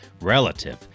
relative